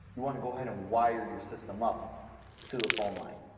you want to go ahead and wire your system up to the phone line,